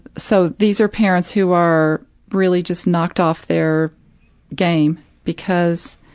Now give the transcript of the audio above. so, these are parents who are really just knocked off their game because,